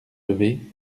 lever